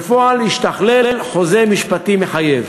בפועל השתכלל חוזה משפטי מחייב,